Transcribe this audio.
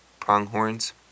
pronghorns